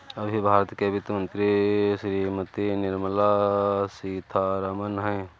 अभी भारत की वित्त मंत्री श्रीमती निर्मला सीथारमन हैं